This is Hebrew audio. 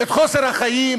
את חוסר החיים,